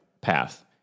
path